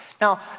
Now